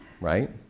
right